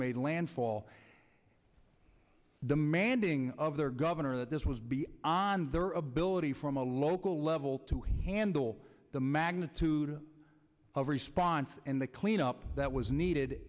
made landfall demanding of their governor that this was be on their ability from a local level to hindle the magnitude of response and the cleanup that was needed